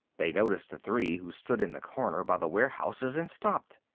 they noticed the three who stood in the corner by the warehouses and stopped.